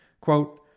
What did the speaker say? Quote